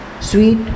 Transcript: sweet